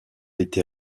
été